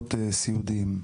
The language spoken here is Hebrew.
במוסדות סיעודיים.